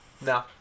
No